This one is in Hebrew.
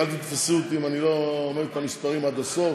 ואל תתפסו אותי אם אני לא אומר את המספרים עד הסוף,